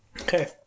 Okay